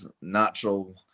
natural